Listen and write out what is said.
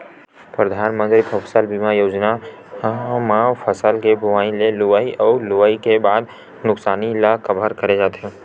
परधानमंतरी फसल बीमा योजना म फसल के बोवई ले लुवई अउ लुवई के बाद के नुकसानी ल कभर करे जाथे